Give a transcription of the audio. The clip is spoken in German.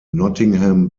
nottingham